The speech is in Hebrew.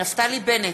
נפתלי בנט,